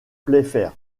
playfair